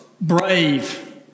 brave